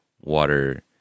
water